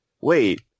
wait